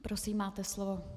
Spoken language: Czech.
Prosím, máte slovo.